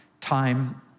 time